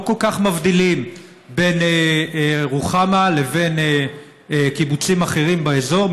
לא כל כך מבדילים בין רוחמה לבין קיבוצים אחרים באזור.